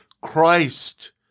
Christ